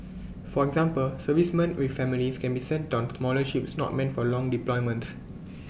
for example servicemen with families can be sent on smaller ships not meant for long deployments